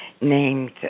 named